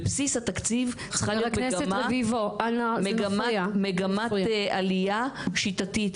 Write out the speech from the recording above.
בבסיס התקציב צריכה להיות מגמת עלייה שיטתית,